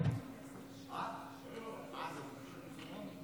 משפחה של נעדרים,